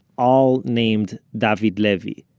all named david levy,